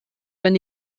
wenn